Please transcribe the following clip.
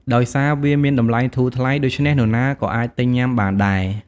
ដោយសារវាមានតម្លៃធូរថ្លៃ ដូច្នេះនរណាក៏អាចទិញញុំាបានដែរ។